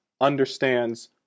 understands